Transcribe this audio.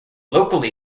locally